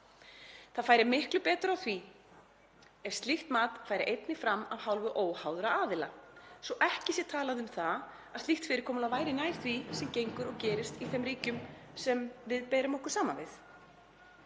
Það færi miklu betur á því ef slíkt mat færi einnig fram af hálfu óháðra aðila svo ekki sé talað um það að slíkt fyrirkomulag væri nær því sem gengur og gerist í þeim ríkjum sem við berum okkur saman við.